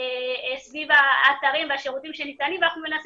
סביב האתרים והשירותים שניתנים ואנחנו מנסים